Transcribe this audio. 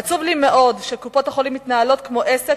עצוב לי מאוד שקופות-החולים מתנהלות כמו עסק,